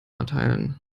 erteilen